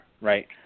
right